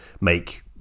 make